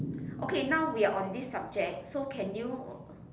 okay now we are on this subject so can you